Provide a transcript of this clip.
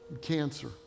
cancer